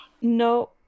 No